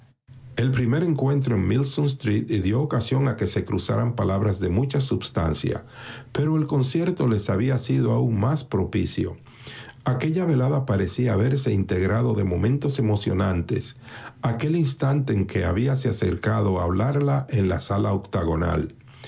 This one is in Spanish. el primer encuentro en milson street dió ocasión a que se cruzaran palabras de mucha substancia pero el concierto les había sido aun más propicio aquella velada parecía haberse integrado de momentos emocionantes aquel instante en que habíase acercado a hablarla en la sala octogonal